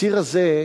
הציר הזה,